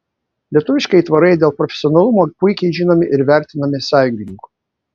lietuviški aitvarai dėl profesionalumo puikiai žinomi ir vertinami sąjungininkų